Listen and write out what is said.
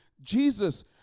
Jesus